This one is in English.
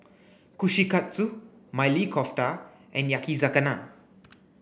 Kushikatsu Maili Kofta and Yakizakana